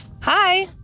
Hi